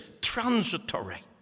transitory